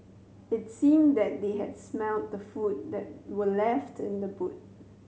it seemed that they had smelt the food that were left in the boot